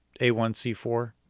A1C4